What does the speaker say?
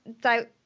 doubt